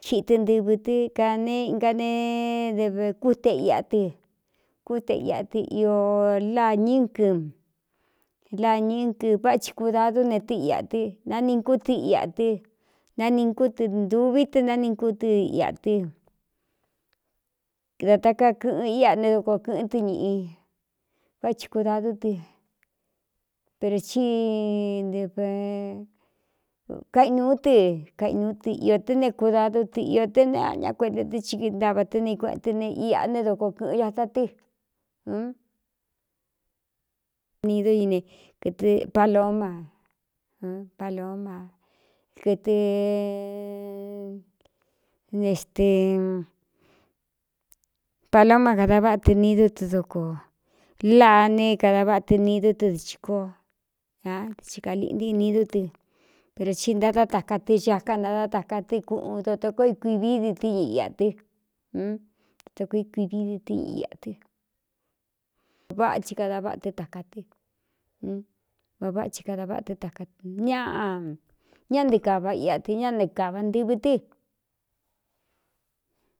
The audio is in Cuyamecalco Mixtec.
Xiꞌitɨ ntɨvɨ tɨ ka ne inga nedvkúteꞌ iꞌa tɨ kúteꞌ iꞌa tɨ i lañɨ́ncɨ lañɨ́ncɨ váꞌ chi kudadú ne tɨ iꞌa tɨ nani nkú tɨ ia tɨ nani nkú tɨ ntūvi te náni kú tɨ iaa tɨ da takaa kɨ̄ꞌɨn íꞌa ne doko kɨ̄ꞌɨ́n tɨ ñīꞌi vá chi kudadú tɨ pero ci kainūú tɨ kainuú tɨ iō té ne kudadu tɨ iō té ne aꞌñá kuenta tɨ́ hi ntava tɨ ni kueꞌen tɨ ne iꞌa ne dokoo kɨ̄ꞌɨn ñata tɨ nido ine kɨtɨ palapal kɨtɨnestɨ paloma kada váꞌa tɨ nidu tɨ doko laa ne é kada váꞌa tɨ nidú tɨ dɨ chīkoo ña tɨ hi kaliꞌntɨ inidú tɨ pero tí ntadátaka tɨ xaká nadá taka tɨ kuꞌuun ndoto koo ikuiví di tɨ́ñɨ iꞌa tɨ ata koo ikuivi di ɨñɨ ia tɨ a váꞌa chi kada váꞌa tɨ taka tɨ va váꞌa chi kada váꞌa tɨ takaɨ ña ñáꞌ nte kāva iꞌa tɨ̄ ñá ne kāva ntɨvɨ tɨ.